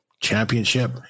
championship